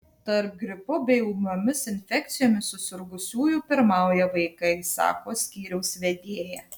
tarp gripu bei ūmiomis infekcijomis susirgusiųjų pirmauja vaikai sako skyriaus vedėja